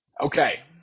Okay